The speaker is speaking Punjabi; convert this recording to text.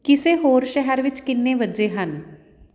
ਕਿਸੇ ਹੋਰ ਸ਼ਹਿਰ ਵਿੱਚ ਕਿੰਨੇ ਵੱਜੇ ਹਨ